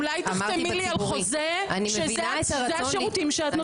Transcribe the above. אולי תחתמי לי על חוזה שזה השירותים שאת נותנת.